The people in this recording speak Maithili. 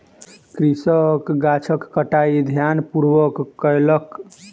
कृषक गाछक छंटाई ध्यानपूर्वक कयलक